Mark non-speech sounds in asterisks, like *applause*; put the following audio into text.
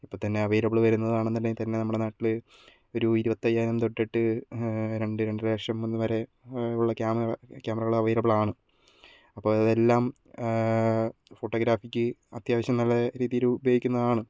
ഇപ്പോൾത്തന്നെ അവൈലബിൾ വരുന്നതാണെന്നുണ്ടെങ്കിൽത്തന്നെ നമ്മുടെ നാട്ടിൽ ഒരു ഇരുപത്തയ്യായിരം തൊട്ടിട്ട് രണ്ട് രണ്ടര ലക്ഷം *unintelligible* വരെ ഉള്ള ക്യാമറകൾ അവൈലബിൾ ആണ് അപ്പോൾ അതെല്ലാം ഫോട്ടോഗ്രാഫിക്ക് അത്യാവശ്യം നല്ല രീതിയിൽ ഉപയോഗിക്കുന്നതാണ്